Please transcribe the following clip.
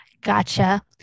gotcha